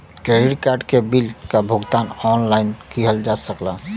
credit card के bill क भुगतान ऑनलाइन किहल जा सकला